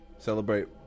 Celebrate